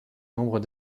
nombre